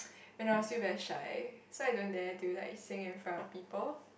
when I was still very shy so I don't dare to like sing in front of people